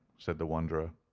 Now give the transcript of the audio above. said the wanderer.